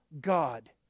God